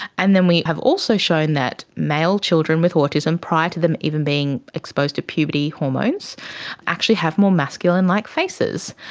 and then we have also shown that male children with autism prior to them even being exposed to puberty hormones actually have more masculine like faces.